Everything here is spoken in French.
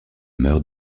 meurt